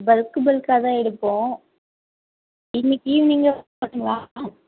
bulk பல்க்காதான் எடுப்போம் இன்னைக்கு ஈவினிங்கே வரட்டுங்களா